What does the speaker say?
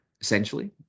Essentially